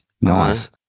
nice